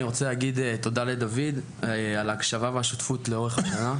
אני רוצה להגיד תודה לדויד על ההקשבה והשותפות לאורך השנה,